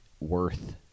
worth